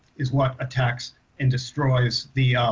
is what attacks and destroys the